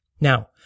Now